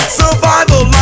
survival